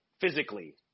physically